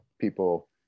people